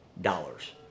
dollars